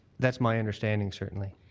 that's my understanding, certainly.